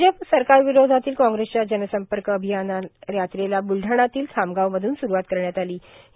भाजप सरकार्रावरोधातील काँग्रेसच्या जनसंपक र्आभयान यात्रेला ब्लढाणातील खामगावमधून सुरूवात करण्यात आलों